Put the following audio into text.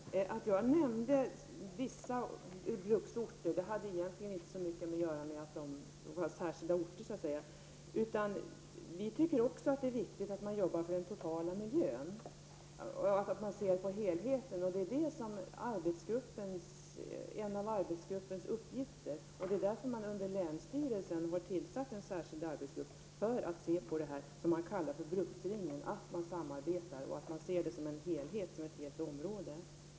Fru talman! Att jag nämnde vissa bruksorter hade egentligen inte så mycket att göra med att de var särskilda orter. Vi tycker också att det är viktigt att man jobbar för den totala miljön, att man ser till helheten. Och det är därför som man har tillsatt en särskild arbetsgrupp under länsstyrelsen för att se på detta som man kallar för bruksringen. Det innebär att man samarbetar och att man ser till helheten.